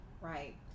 Right